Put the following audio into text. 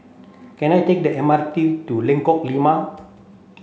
can I take the M R T to Lengkong Lima